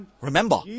Remember